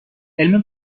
علم